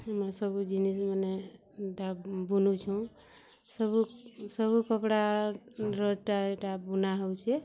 ଏ ସବୁ ଜିନିଷ୍ମାନେ ଦା ବୁନୁଛୁଁ ସବୁ ସବୁ କପଡ଼ାରର ଏଟା ଏଟା ବୁନାହେଉଛି